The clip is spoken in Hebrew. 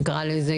נקרא לזה,